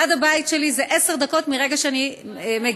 עד הבית שלי זה עשר דקות מהרגע שאני מגיעה